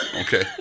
Okay